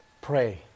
pray